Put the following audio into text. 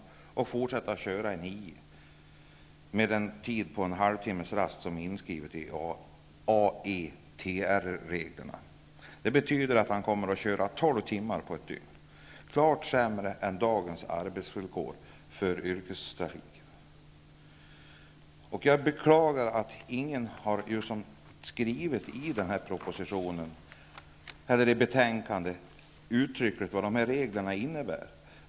Därefter kan han fortsätta att köra i nio timmar, med en halvtimmes rast. Detta är inskrivet i AETR-reglerna. Det betyder att chauffören kommer att köra tolv timmar på ett dygn. Det är en klar försämring jämfört med dagens arbetsvillkor för yrkestrafiken. Jag beklagar att ingen har skrivit uttryckligen i betänkandet vad dessa regler innebär.